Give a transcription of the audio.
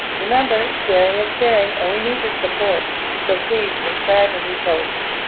remember sharing is caring and we need your support so please subscribe and re-post.